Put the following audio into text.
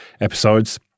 episodes